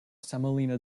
semolina